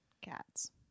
Cats